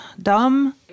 Dumb